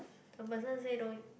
the person say no